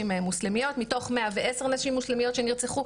מוסלמיות מתוך 110 נשים מוסלמיות שנרצחו,